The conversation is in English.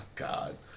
god